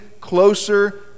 closer